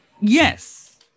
Yes